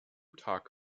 tag